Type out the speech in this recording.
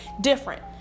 different